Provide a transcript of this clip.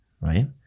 right